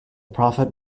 prophet